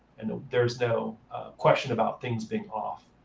and that there's no question about things being off.